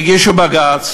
הגישו בג"ץ